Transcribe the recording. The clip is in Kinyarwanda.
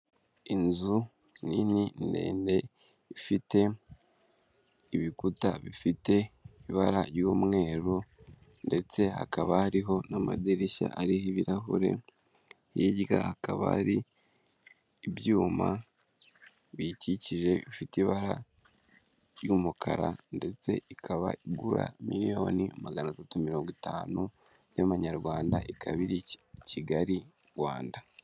Inzu nini ndende, ifite ibikuta bifite ibara ry'umweru, ndetse hakaba hariho n'amadirishya ariho ibirahure, hirya hakaba ari ibyuma biyikikije bifite ibara ry'umukara, ndetse ikaba igura miliyoni magana atatu mirongo itanu z'amanyarwanda, ikaba iri Kigali, Rwanda